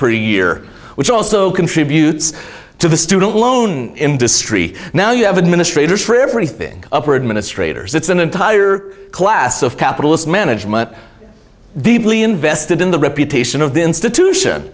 pretty year which also contributes to the student loan industry now you have administrator for everything upper administrators it's an entire class of capitalist management deeply invested in the reputation of the institution